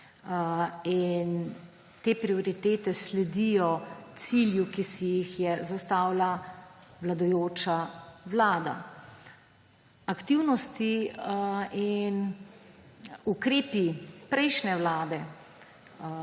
Te prioritete sledijo cilju, ki si jih je zastavila vladajoča vlada. Aktivnosti in ukrepi prejšnje vlade